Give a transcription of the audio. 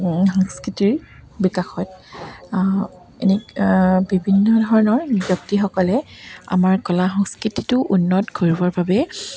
সংস্কৃতিৰ বিকাশত এনে বিভিন্ন ধৰণৰ ব্যক্তিসকলে আমাৰ কলা সংস্কৃতিটো উন্নত কৰিবৰ বাবে